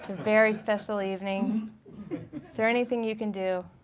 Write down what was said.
very special evening, is there anything you can do?